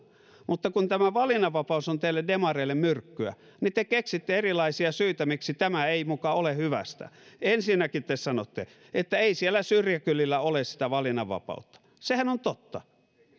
mutta kun tämä valinnanvapaus on teille demareille myrkkyä niin te keksitte erilaisia syitä miksi tämä ei muka ole hyvästä ensinnäkin te sanotte että ei siellä syrjäkylillä ole sitä valinnanvapautta